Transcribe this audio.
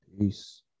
Peace